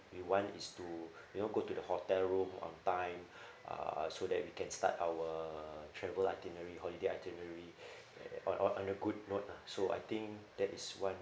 we want is to you know go to the hotel room on time uh so that we can start our travel itinerary holiday itinerary at on on on a good note lah so I think that is one